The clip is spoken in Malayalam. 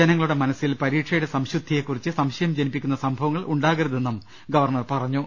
ജനങ്ങളുടെ മനസ്സിൽ പരീക്ഷയുടെ സംശു ദ്ധിയെകുറിച്ച് സംശയം ജനിപ്പിക്കുന്ന സംഭവങ്ങൾ ഉണ്ടാകരുതെന്നും ഗവർണർ പറഞ്ഞു